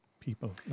people